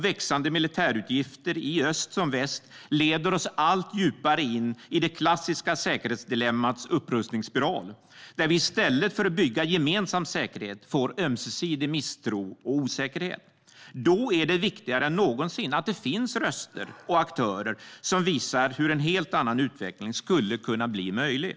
Växande militärutgifter i öst som väst leder oss allt djupare in i det klassiska säkerhetsdilemmats upprustningsspiral, där vi i stället för att bygga gemensam säkerhet får ömsesidig misstro och osäkerhet. Då är det viktigare än någonsin att det finns röster och aktörer som visar hur en helt annan utveckling skulle kunna bli möjlig.